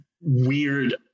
weird